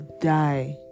Die